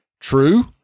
true